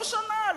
לא שנה,